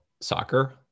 soccer